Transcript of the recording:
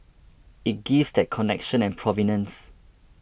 it gives that connection and provenance